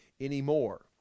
anymore